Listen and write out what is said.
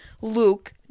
Luke